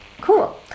Cool